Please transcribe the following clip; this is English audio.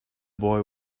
boy